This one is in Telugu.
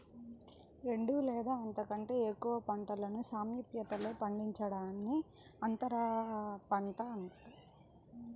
రెండు లేదా అంతకంటే ఎక్కువ పంటలను సామీప్యతలో పండించడాన్ని అంతరపంట అంటారు